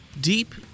deep